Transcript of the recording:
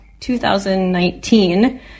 2019